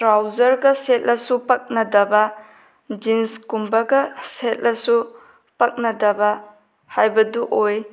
ꯇ꯭ꯔꯥꯎꯖ꯭ꯔꯒ ꯁꯦꯠꯂꯁꯨ ꯄꯛꯅꯗꯕ ꯖꯤꯟꯁꯀꯨꯝꯕꯒ ꯁꯦꯠꯂꯁꯨ ꯄꯛꯅꯗꯕ ꯍꯥꯏꯕꯗꯨ ꯑꯣꯏ